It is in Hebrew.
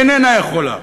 איננה יכולה.